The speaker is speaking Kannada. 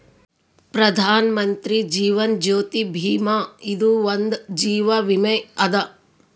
ಪ್ರಧಾನ್ ಮಂತ್ರಿ ಜೀವನ್ ಜ್ಯೋತಿ ಭೀಮಾ ಇದು ಒಂದ ಜೀವ ವಿಮೆ ಅದ